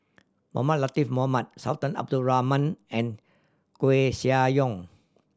Mohamed Latiff Mohamed Sultan Abdul Rahman and Koeh Sia Yong